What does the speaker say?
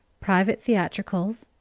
private theatricals,